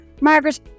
Margaret